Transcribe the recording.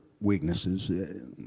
weaknesses